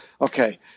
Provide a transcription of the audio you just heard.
Okay